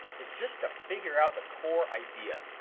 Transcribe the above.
is just to figure out the core idea.